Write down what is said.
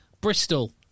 Bristol